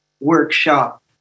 workshop